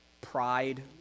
pride